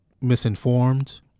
misinformed